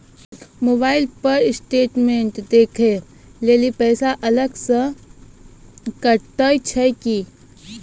Mobile पर statement देखे लेली पैसा अलग से कतो छै की?